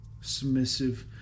Submissive